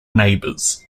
neighbors